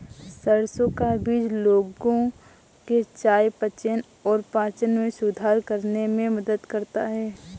सरसों का बीज लोगों के चयापचय और पाचन में सुधार करने में मदद करता है